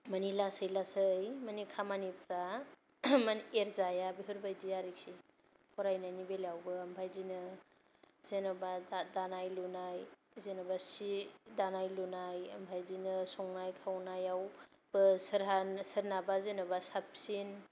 मानि लासै लासै मानि खामानिफ्रा मानि एरजाया बेफोरबायदि आरोखि फरायनायनि बेलायावबो ओमफाय बिदिनो जेन'बा दानाय लुनाय जेन'बा सि दानाय लुनाय ओमफाय बिदिनो संनाय खावनायाव बो सोरहा सोरनाबा जेन'बा साबसिन